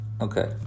Okay